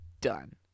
done